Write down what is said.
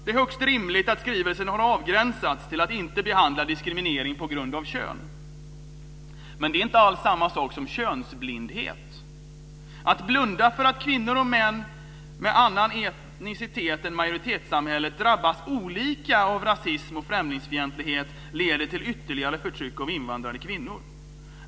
Det är högst rimligt att skrivelsen avgränsats till att inte behandla diskriminering på grund av kön men det är inte alls samma sak som könsblindhet. Att blunda för att kvinnor och män med annan etnicitet än majoritssamhället drabbas olika av rasism och främlingsfientlighet leder till ytterligare förtryck av invandrade kvinnor.